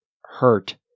hurt